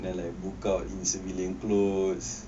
and then like buka civilian clothes